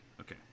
Okay